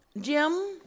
Jim